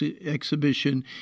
exhibition